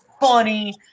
funny